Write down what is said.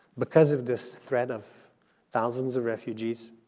because of this threat of thousands of refugees,